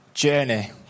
Journey